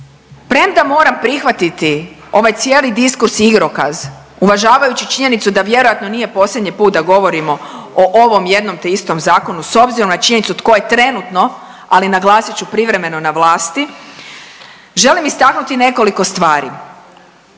Premda moram prihvatiti ovaj cijeli diskurs i igrokaz uvažavajući činjenicu da vjerojatno nije posljednji put da govorimo o ovom jednom te istom zakonu s obzirom na činjenicu tko je trenutno, ali naglasit ću, privremeno na vlasti, želim istaknuti nekoliko stvari.